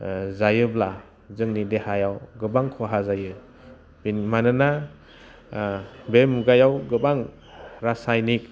जायोब्ला जोंनि देहायाव गोबां खहा जायो मानोना बे मुगायाव गोबां रासायनिक